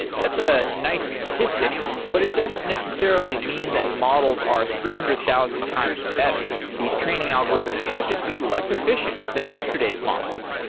that's a nice statistic, but it doesn't necessarily mean that models are three hundred thousand times better. these training algorithms could just be less efficient than yesterday's models.